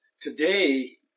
Today